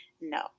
No